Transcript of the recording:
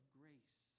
grace